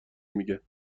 میگن